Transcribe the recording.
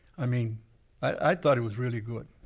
i mean i thought it was really good,